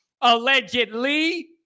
allegedly